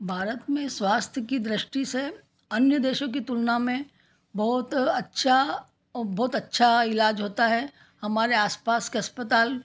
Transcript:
भारत में स्वास्थ्य की दृष्टि से अन्य देशों की तुलना में बहुत अच्छा बहुत अच्छा इलाज होता है हमारे आसपास के अस्पताल